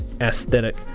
aesthetic